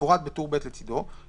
כמפורט בטור ב' לצדו,